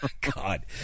God